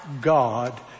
God